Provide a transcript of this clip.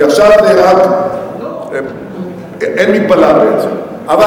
כי עכשיו אין מגבלה, בעצם.